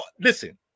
listen